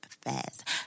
fast